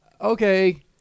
okay